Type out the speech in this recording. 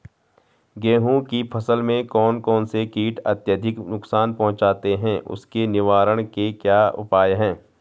गेहूँ की फसल में कौन कौन से कीट अत्यधिक नुकसान पहुंचाते हैं उसके निवारण के क्या उपाय हैं?